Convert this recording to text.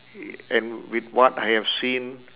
and with what I have seen